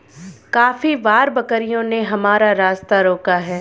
काफी बार बकरियों ने हमारा रास्ता रोका है